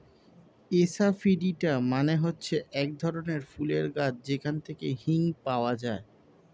asafoetida মানে হচ্ছে এক ধরনের ফুলের গাছ যেখান থেকে হিং পাওয়া যায়